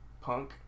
punk